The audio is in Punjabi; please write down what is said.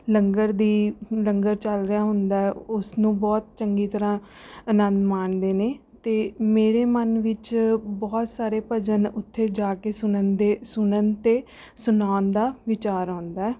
ਲੰਗਰ ਦੀ ਲੰਗਰ ਚੱਲ ਰਿਹਾ ਹੁੰਦਾ ਹੈ ਉਸਨੂੰ ਬਹੁਤ ਚੰਗੀ ਤਰ੍ਹਾਂ ਆਨੰਦ ਮਾਣਦੇ ਨੇ ਅਤੇ ਮੇਰੇ ਮਨ ਵਿੱਚ ਬਹੁਤ ਸਾਰੇ ਭਜਨ ਉੱਥੇ ਜਾ ਕੇ ਸੁਣਨ ਦੇ ਸੁਣਨ ਅਤੇ ਸੁਣਾਉਣ ਦਾ ਵਿਚਾਰ ਆਉਂਦਾ